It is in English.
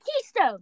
keystone